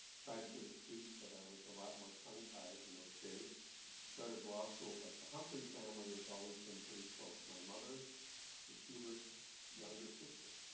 tried to give a speech, but i was a lot more tongue-tied in those days. i started law school. but the humphrey family has always been pretty close. my mother was hubert's younger sister,